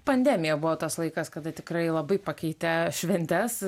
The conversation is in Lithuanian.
pandemija buvo tas laikas kada tikrai labai pakeitė šventes